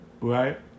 right